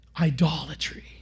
Idolatry